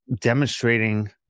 demonstrating